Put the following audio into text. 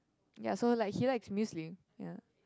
ya so like he likes musling ya